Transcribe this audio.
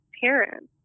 parents